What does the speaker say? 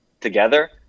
together